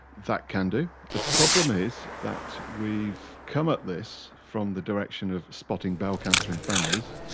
that can do. the problem is that we've come at this from the direction of spotting bowel cancer in families,